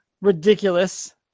ridiculous